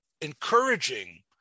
encouraging